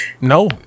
No